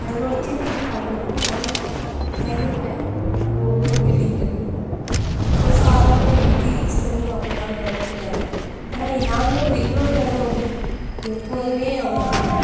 கடவுளோடய தீர்ப்பு அவங்களுக்கும் வழங்கணும் நான் இருப்பேன் ஒவ்வொரு வெள்ளிக்கிழமையும் இப்போ சாதாரணமாக எங்களுக்கு ஈஸ்டர்னு நாற்பது நாள் விரதம்புடுதாங்க ஆனால் நாங்களோடய எங்களோடய விரதம் வந்து எப்போதும் அவருக்கு இருக்கும்